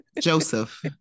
Joseph